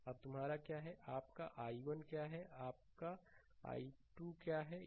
अब तुम्हारा क्या है आपका i1 क्या है और आपका i2 क्या है